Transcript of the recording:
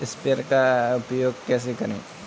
Sprayer का उपयोग कैसे करें?